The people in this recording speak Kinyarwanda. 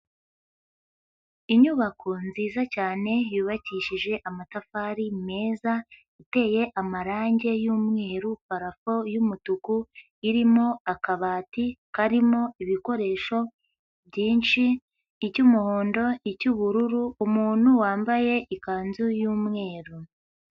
Inyubako nziza cyane yubakishije amatafari meza, iteye amarangi y'umweru, parafo y'umutuku irimo akabati karimo ibikoresho byinshi, icy'umuhondo, icy'ubururu, umuntu wambaye ikanzu y'umweru.